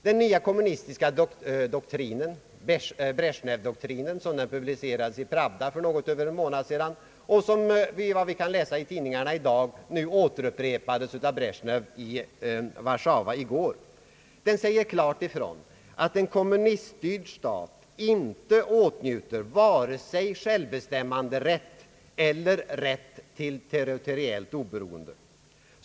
Den nya kommunistiska doktrinen, Bresjnevdoktrinen, som den publicerades i Pravda för något över en månad sedan och som enligt vad vi kan läsa i tidningarna i dag upprepades av Bresjnew i Warszawa i går, säger klart ifrån att en kommuniststyrd stat inte åtnjuter vare sig självbestämmanderätt eller rätt till territoriellt oberoende.